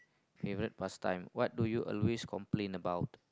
favourite past time what do you always complain about